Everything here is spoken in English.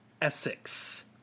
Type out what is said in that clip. Essex